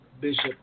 Bishop